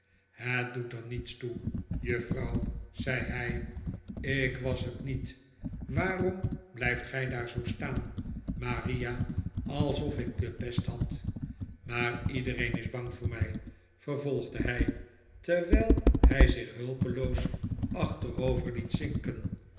het doet er niets toe juffrouw zei hij ik was het niet waarom blijft gij daar zoo staan maria alsof ik de pest had maar iedereen is bang voor mij vervolgde hij terwijl hij zich hulpeloos achterover liet zinken